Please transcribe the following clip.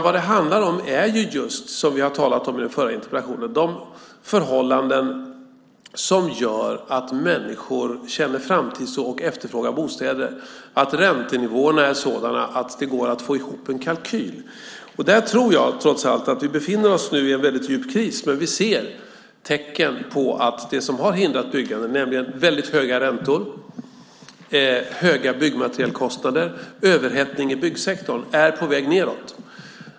Vad det handlar om är i stället, som vi talade om i den förra interpellationsdebatten, de förhållanden som gör att människor känner framtidstro och efterfrågar bostäder och att räntenivåerna är sådana att det går att få ihop en kalkyl. Där tror jag trots allt att vi nu befinner oss i en väldigt djup kris. Men vi ser tecken på att det som har hindrat byggande, nämligen väldigt höga räntor, höga byggmaterialkostnader och överhettning i byggsektorn, är på väg nedåt.